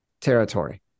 territory